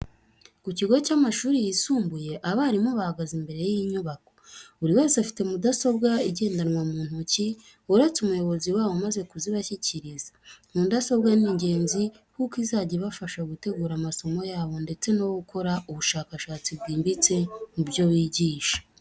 Ku kigo cy'amashuri yisumbuye abarimu bahagaze imbere y'inyubako, buri wese afite mudasobwa igendanwa mu ntoki uretse umuyobozi wabo umaze kuzibashyikiriza. Mudasobwa ni ingenzi kuko izajya ibafasha gutegura amasomo yabo ndetse no gukora ubushakashatsi bwimbitse mu byo bigisha.